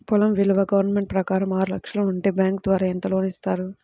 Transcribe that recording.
పొలం విలువ గవర్నమెంట్ ప్రకారం ఆరు లక్షలు ఉంటే బ్యాంకు ద్వారా ఎంత లోన్ ఇస్తారు?